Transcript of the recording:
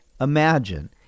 Imagine